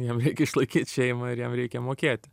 jam reikia išlaikyt šeimą ir jam reikia mokėti